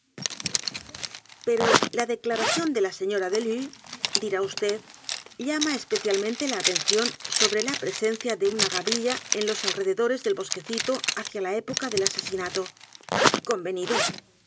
pero la declaración de la señora delue dirá vd llama especialmente la atención sobre la presencia de una gavilla en los alrededores del bosquecito hacia la época del asesinato convenido